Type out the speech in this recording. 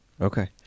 Okay